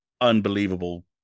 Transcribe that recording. unbelievable